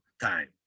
time